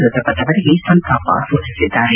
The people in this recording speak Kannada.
ಮೃತಪಟ್ಟವರಿಗೆ ಸಂತಾಪ ಸೂಚಿಸಿದ್ದಾರೆ